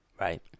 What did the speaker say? Right